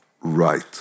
right